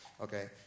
okay